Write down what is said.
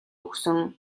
өгсөн